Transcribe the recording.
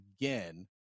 again